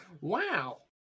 Wow